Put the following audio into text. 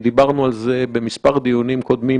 דיברנו על זה במספר דיונים קודמים,